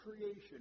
creation